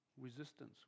resistance